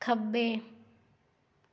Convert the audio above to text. ਖੱਬੇ